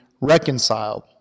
reconciled